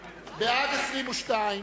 22,